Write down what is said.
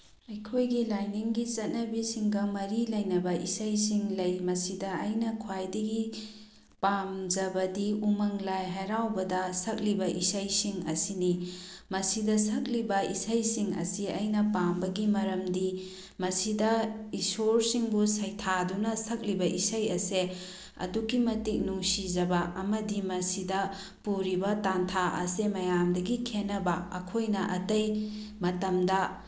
ꯑꯩꯈꯣꯏꯒꯤ ꯂꯥꯏꯅꯤꯡꯒꯤ ꯆꯠꯅꯕꯤꯁꯤꯡꯒ ꯃꯔꯤ ꯂꯩꯅꯕ ꯏꯁꯩꯁꯤꯡ ꯂꯩ ꯃꯁꯤꯗ ꯑꯩꯅ ꯈ꯭ꯋꯥꯏꯗꯒꯤ ꯄꯥꯝꯖꯕꯗꯤ ꯎꯃꯪ ꯂꯥꯏ ꯍꯔꯥꯎꯕꯗ ꯁꯛꯂꯤꯕ ꯏꯁꯩꯁꯤꯡ ꯑꯁꯤꯅꯤ ꯃꯁꯤꯗ ꯁꯛꯂꯤꯕ ꯏꯁꯩꯁꯤꯡ ꯑꯁꯤ ꯑꯩꯅ ꯄꯥꯝꯕꯒꯤ ꯃꯔꯝꯗꯤ ꯃꯁꯤꯗ ꯏꯁꯣꯔꯁꯤꯡꯕꯨ ꯁꯩꯊꯥꯗꯨꯅ ꯁꯛꯂꯤꯕ ꯏꯁꯩ ꯑꯁꯦ ꯑꯗꯨꯛꯀꯤ ꯃꯇꯤꯛ ꯅꯨꯡꯁꯤꯖꯕ ꯑꯃꯗꯤ ꯃꯁꯤꯗ ꯄꯨꯔꯤꯕ ꯇꯟꯊꯥ ꯑꯁꯦ ꯃꯌꯥꯝꯗꯒꯤ ꯈꯦꯅꯕ ꯑꯥꯈꯣꯏꯅ ꯑꯇꯩ ꯃꯇꯝꯗ